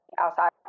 outside